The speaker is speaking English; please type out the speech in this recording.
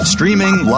Streaming